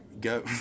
go